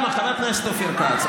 חבר הכנסת אופיר כץ,